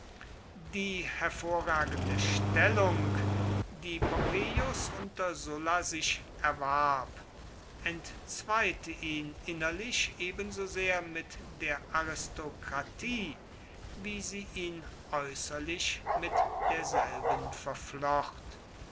die hervorragende stellung die pompeius unter sulla sich erwarb entzweite ihn innerlich ebensosehr mit der aristokratie wie sie ihn äußerlich mit derselben verflocht